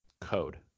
code